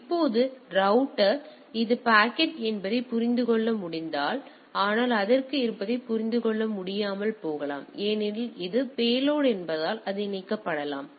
இப்போது ரௌட்டர் இது பாக்கெட் என்பதை புரிந்து கொள்ள முடிந்தால் ஆனால் அதற்குள் இருப்பதை புரிந்துகொள்ள முடியாமல் போகலாம் ஏனெனில் அது பேலோட் என்பதால் அது இணைக்கப்படலாம்